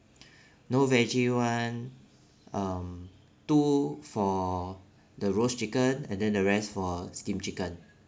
no veggie one um two for the roast chicken and then the rest for steam chicken